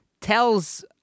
tells